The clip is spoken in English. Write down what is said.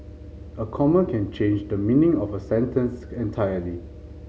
a comma can change the meaning of a sentence entirely